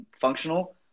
functional